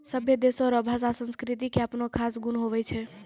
सभै देशो रो भाषा संस्कृति के अपनो खास गुण हुवै छै